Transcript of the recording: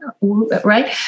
right